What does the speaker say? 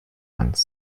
ans